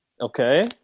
Okay